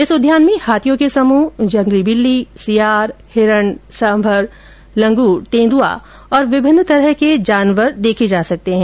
इस उद्यान में हाथियों के समूह जंगली बिल्ली सियार हिरण सांभर लंगूर तेंदुआ और विभिन्न तरह के जानवर देखे जा सकते है